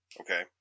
okay